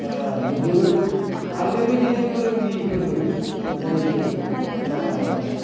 नुबोदों आर बे बायदिनो फोरोंगिरि फोरनो जेनेखि